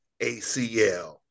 ACL